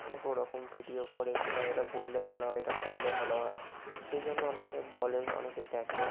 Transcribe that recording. অনেকে ওরকম ভিডিও করে যেটা যেটা বললে ভালো হয় এটা করলে ভালো হয় সেই জন্য অনেকে বলে অনেকে দেখে